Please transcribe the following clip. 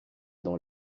dans